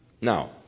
Now